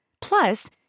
Plus